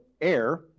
air